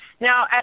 Now